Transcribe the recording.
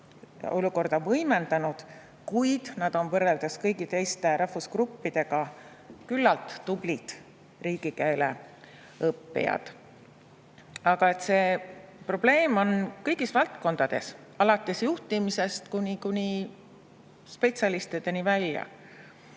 olukorda võimendanud, kuid nad on võrreldes kõigi teiste rahvusgruppidega küllalt tublid riigikeele õppijad. Aga see probleem on kõigis valdkondades alates juhtimisest kuni spetsialistideni välja.